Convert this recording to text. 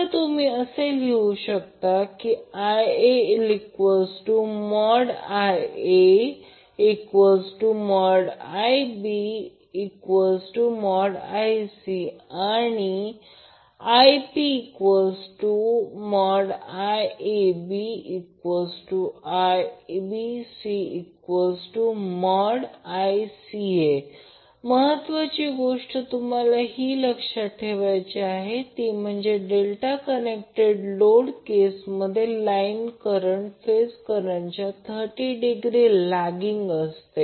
आता तुम्ही लिहू शकता तर ILIaIbIc आणि IpIABIBCICA महत्वाची गोष्ट तुम्हाला लक्षात ठेवायची आहे ती म्हणजे डेल्टा कनेक्टेड लोड केसमध्ये लाईन करंट फेज करंटच्या 30 डिग्री लॅगिंग असते